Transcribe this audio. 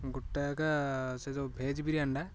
ଗୋଟାଏକା ସେ ଯେଉଁ ଭେଜ୍ ବିରିୟାନୀଟା